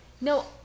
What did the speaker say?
No